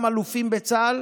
גם אלופים בצה"ל